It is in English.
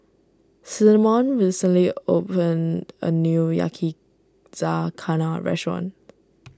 Cinnamon recently opened a new Yakizakana restaurant